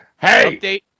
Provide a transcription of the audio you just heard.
Hey